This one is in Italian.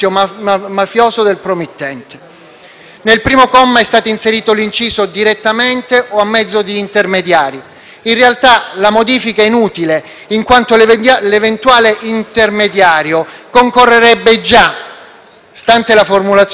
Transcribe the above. Nel primo comma è stato inserito l'inciso «direttamente o a mezzo di intermediari». In realtà, la modifica è inutile, in quanto l'eventuale intermediario concorrerebbe già, stante la formulazione attuale,